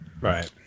Right